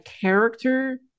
character